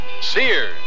Sears